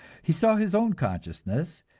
he saw his own consciousness,